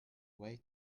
way